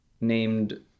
named